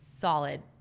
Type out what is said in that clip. solid